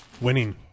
Winning